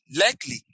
likely